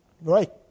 Right